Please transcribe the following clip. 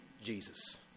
Jesus